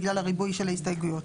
בגלל הריבוי של ההסתייגויות.